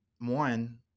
one